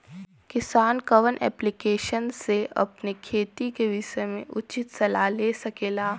किसान कवन ऐप्लिकेशन से अपने खेती के विषय मे उचित सलाह ले सकेला?